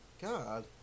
God